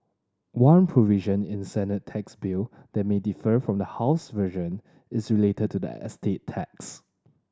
one provision in Senate tax bill that may differ from the house's version is related to the estate tax